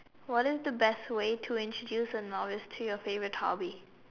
what is the best way to introduce a novice to your favorite hobby